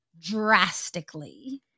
Drastically